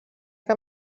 que